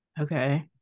Okay